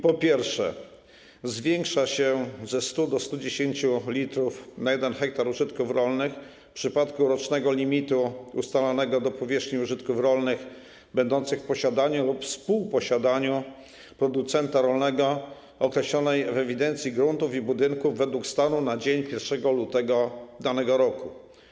Po pierwsze, zwiększa się ze 100 l do 110 l na 1 ha użytków rolnych - w przypadku rocznego limitu ustalanego dla powierzchni użytków rolnych będących w posiadaniu lub współposiadaniu producenta rolnego określonej w ewidencji gruntów i budynków, według stanu na dzień 1 lutego danego roku.